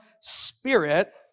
Spirit